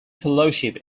fellowship